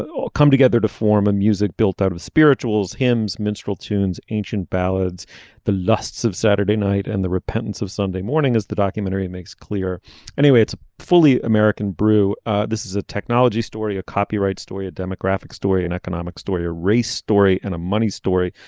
all come together to form a music built out of spirituals hymns minstrel tunes ancient ballads the lusts of saturday night and the repentance of sunday morning as the documentary makes clear anyway it's fully american brew this is a technology story a copyright story a demographic story an and economic story a race story and a money story.